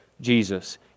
Jesus